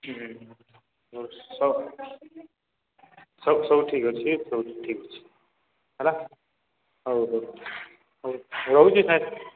ହଁ ସବୁ ଠିକ୍ ଅଛେ ସବୁ ଠିକ୍ ଅଛେ ହେଲା ହଉ ହଉ ହଉ ରହୁଚେଁ ସେ